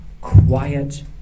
quiet